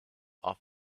off